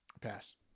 pass